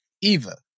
Eva